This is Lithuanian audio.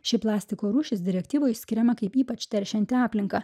šį plastiko rūšis direktyvoj išskiriama kaip ypač teršianti aplinką